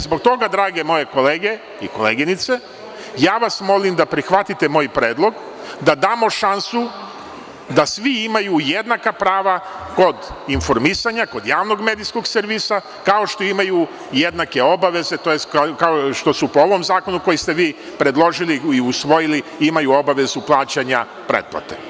Zbog toga, drage moje kolege i koleginice, ja vas molim da prihvatite moj predlog, da damo šansu da svi imaju jednaka prava kod informisanja, kod javnog medijskog servisa, kao što imaju jednake obaveze, tj. kao što su po ovom zakonu koji ste vi predložili i usvojili, imaju obavezu plaćanja pretplate.